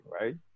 right